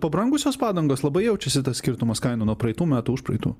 pabrangusios padangos labai jaučiasi tas skirtumas kaina nuo praeitų metų užpraeitų